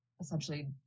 essentially